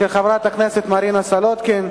של חברת הכנסת מרינה סולודקין.